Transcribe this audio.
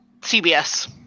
CBS